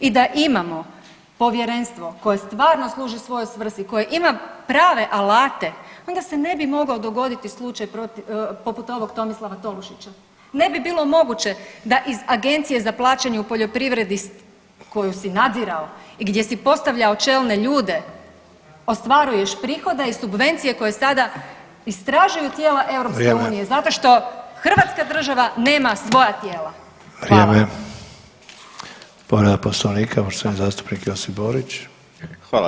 I da imamo povjerenstvo koje stvarno služi svojoj svrsi, koje ima prave alate onda se ne bi mogao dogoditi slučaj poput ovog Tomislava Tolušića, ne bi bilo moguće da iz Agencije za plaćanje u poljoprivredi koju si nadzirao i gdje si postavljao čelne ljude ostvaruješ prihode i subvencije koje sada istražuju tijela EU [[Upadica Sanader: Vrijeme.]] zato što Hrvatska država nema svoja tijela [[Upadica Sanader: Vrijeme.]] Hvala.